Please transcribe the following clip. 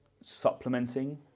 supplementing